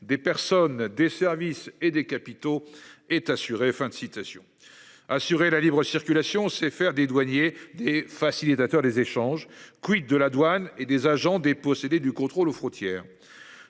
des personnes des services et des capitaux est assuré. Fin de citation. Assurer la libre-circulation c'est faire des douaniers et facilitateurs des échanges. Quid de la douane et des agents dépossédés du contrôle aux frontières.